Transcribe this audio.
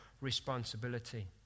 responsibility